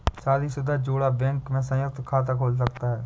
शादीशुदा जोड़ा बैंक में संयुक्त खाता खोल सकता है